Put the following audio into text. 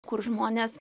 kur žmonės